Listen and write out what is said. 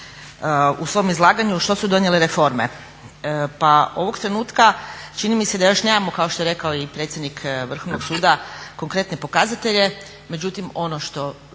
u svom izlaganju što su donijele reforme? Pa ovog trenutka čini mi se da još nemamo kao što je rekao i predsjednik Vrhovnog suda konkretne pokazatelje, međutim ono što